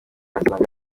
asanga